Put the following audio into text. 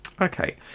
Okay